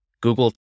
Google